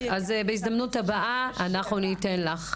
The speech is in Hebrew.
אז בהזדמנות הבאה אנחנו ניתן לך.